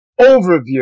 Overview